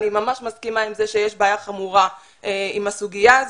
אני ממש מסכימה עם זה שיש בעיה חמורה עם הסוגיה הזו.